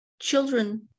children